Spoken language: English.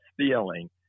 stealing